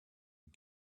and